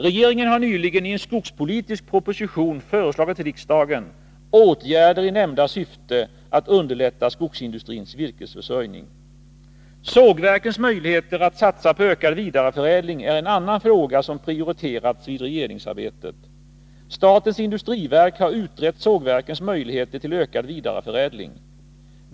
Regeringen har nyligen i en skogspolitisk proposition föreslagit riksdagen åtgärder i nämnda syfte att underlätta skogsindustrins virkesförsörjning. Sågverkens möjligheter att satsa på ökad vidareförädling är en annan fråga som prioriterats vid regeringsarbetet. Statens industriverk har utrett sågverkens möjligheter till ökad vidareförädling.